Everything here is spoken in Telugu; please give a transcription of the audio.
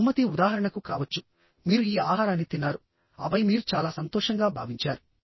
బహుమతి ఉదాహరణకు కావచ్చుమీరు ఈ ఆహారాన్ని తిన్నారుఆపై మీరు చాలా సంతోషంగా భావించారు